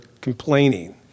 complaining